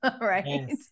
right